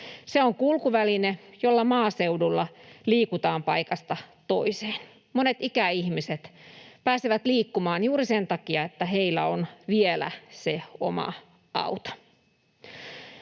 Se on kulkuväline, jolla maaseudulla liikutaan paikasta toiseen. Monet ikäihmiset pääsevät liikkumaan juuri sen takia, että heillä on vielä se oma auto.